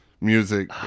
music